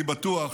אני בטוח